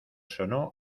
sonó